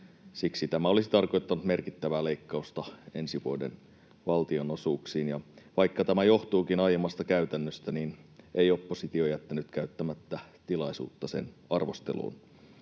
siksi tämä olisi tarkoittanut merkittävää leikkausta ensi vuoden valtionosuuksiin. Vaikka tämä johtuukin aiemmasta käytännöstä, niin ei oppositio jättänyt käyttämättä tilaisuutta sen arvosteluun.